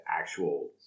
actual